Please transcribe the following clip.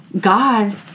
God